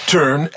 Turn